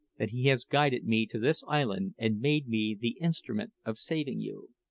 that he has guided me to this island and made me the instrument of saving you.